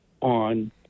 on